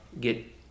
get